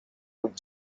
would